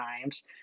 times